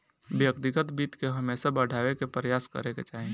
व्यक्तिगत वित्त के हमेशा बढ़ावे के प्रयास करे के चाही